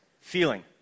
feeling